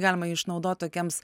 galima išnaudot tokiems